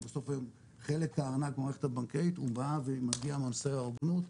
ובסוף היום חלק הענק במערכת הבנקאית הוא בא ומגיע מנושא ההוגנות.